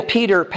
Peter